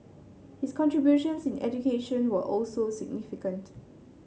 his contributions in education were also significant